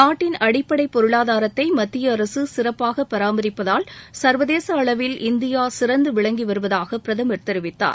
நாட்டின் அடிப்படை பொருளாதாரத்தை மத்திய அரசு சிறப்பாக பராமரிப்பதால் சர்வதேச அளவில் இந்தியா சிறந்து விளங்கி வருவதாக பிரதமர் தெரிவித்தார்